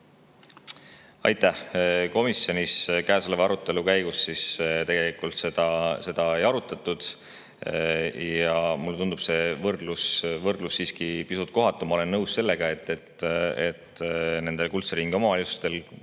Aitäh! Komisjonis käesoleva arutelu käigus tegelikult seda ei arutatud. Ja mulle tundub see võrdlus siiski pisut kohatu. Ma olen nõus sellega, et nendel kuldse ringi omavalitsustel